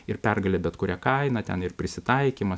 ir pergalė bet kuria kaina ten ir prisitaikymas